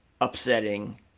upsetting